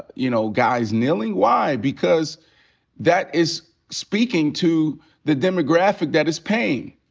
you know, guys kneeling. why? because that is speaking to the demographic that is paying.